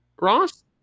Ross